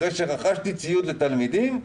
אחרי שרכשתי ציוד לתלמידים,